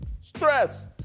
stress